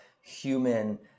human